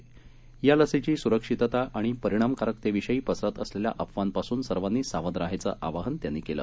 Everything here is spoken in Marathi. ते यालसीचीस्रक्षितताआणिपरिणामकारकतेविषयीपसरतअसलेल्याअफवांपास्नसर्वांनीसावधर हायचंआवाहनत्यांनीकेलं